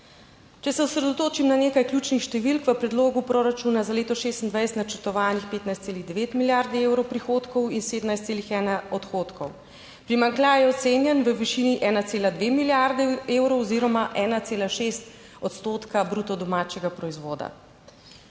Če se osredotočim na nekaj ključnih številk, v predlogu proračuna za leto 2026 načrtovanih 15,9 milijarde evrov prihodkov in 17,1 odhodkov, primanjkljaj je ocenjen v višini 1,2 milijardi evrov oziroma 1,6 odstotka bruto domačega proizvoda.